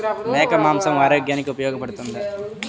మేక మాంసం ఆరోగ్యానికి ఉపయోగపడుతుందా?